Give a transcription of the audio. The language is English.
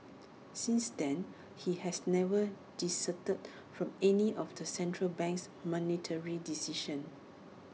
since then he has never dissented from any of the central bank's monetary decisions